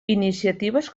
iniciatives